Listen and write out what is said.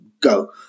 go